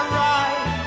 right